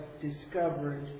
discovered